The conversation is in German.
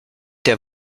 der